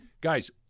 guys –